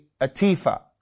Atifa